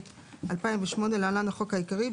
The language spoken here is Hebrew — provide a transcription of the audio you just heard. התשס"ח-2008 (להלן החוק העיקרי),